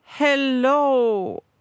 Hello